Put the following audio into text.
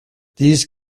these